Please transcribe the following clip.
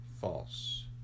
False